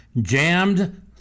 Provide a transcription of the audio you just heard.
Jammed